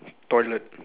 toilet